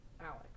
Alex